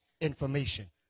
information